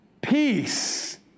Peace